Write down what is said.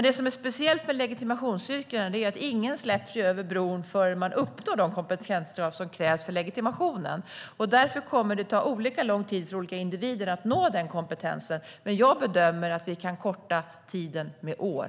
Det som är speciellt med legitimationsyrkena är att ingen släpps över bron förrän man har uppnått de kompetenskrav som krävs för legitimationen. Därför kommer det att ta olika lång tid för olika individer att nå denna kompetens. Men jag bedömer att vi kan korta tiden med år.